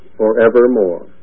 forevermore